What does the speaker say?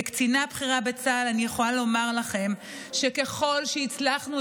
כקצינה בכירה בצה"ל אני יכולה לומר לכם שככל שהצלחנו